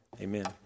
Amen